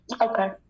Okay